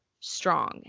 strong